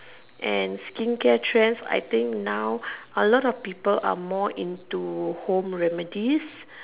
and skin care trends I think now a lot of people are more into home remedies